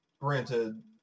granted